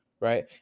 right